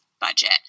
budget